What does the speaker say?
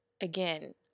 again